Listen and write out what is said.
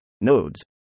nodes